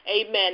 Amen